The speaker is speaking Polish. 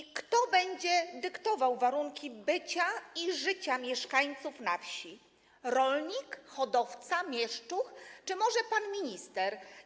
I kto będzie dyktował warunki bycia i życia mieszkańców na wsi: rolnik, hodowca, mieszczuch czy może pan minister?